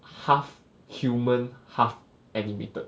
half human half animated